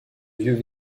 vieux